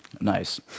Nice